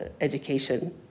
education